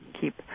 keep